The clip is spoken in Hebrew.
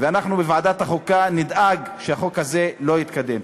ואנחנו בוועדת החוקה נדאג שהחוק הזה לא יתקדם.